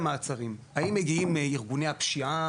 האם מגיעים ארגוני הפשיעה?